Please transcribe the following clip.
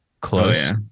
close